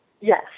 yes